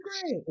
great